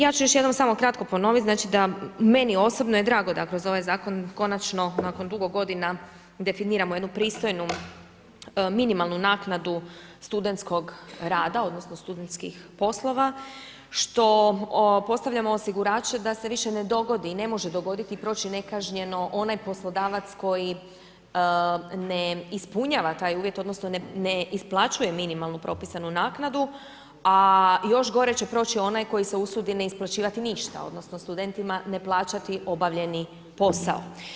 Ja ću još jednom samo kratko ponovit znači da meni osobno je drago da kroz ovaj zakon konačno nakon drugo godina definiramo jednu pristojnu minimalnu naknadu studentskog rada, odnosno studentskih poslova što postavljamo osigurače da se više ne dogodi i ne može dogoditi i proći nekažnjeno onaj poslodavac koji ne ispunjava taj uvjet odnosno ne isplaćuje minimalnu propisanu naknadu, a još gore će proći onaj koji se usudi ne isplaćivati ništa odnosno studentima ne plaćati obavljeni posao.